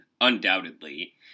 Undoubtedly